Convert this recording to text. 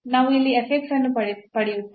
ನಾವು ಇಲ್ಲಿ ಅನ್ನು ಪಡೆಯುತ್ತೇವೆ